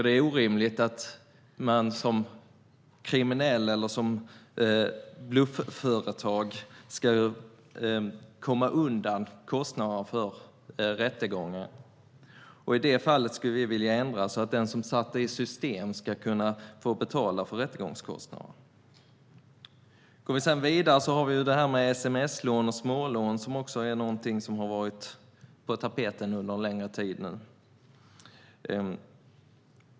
Det är orimligt att ett blufföretag ska komma undan med det. Här vill vi ändra så att den som har satt detta i system ska få betala rättegångskostnaderna. Sms-lån och smålån har varit på tapeten under en längre tid.